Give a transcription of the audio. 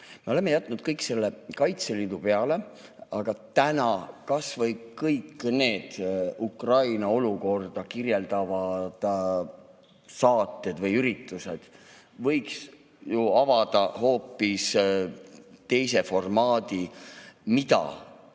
Me oleme jätnud kõik selle Kaitseliidu peale, aga kas või kõik need Ukraina olukorda kirjeldavad saated või üritused võiks ju avada hoopis teise formaadi: "Mida